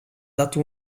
dato